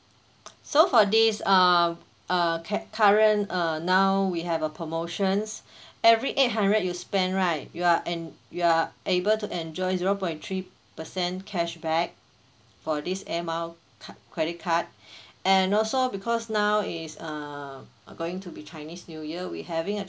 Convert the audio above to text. so for this uh uh cat~ current err now we have uh promotions every eight hundred you spend right you are en~ you are able to enjoy zero point three percent cashback for this air mile card credit card and also because now it is uh going to be chinese new year we having a